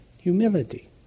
Humility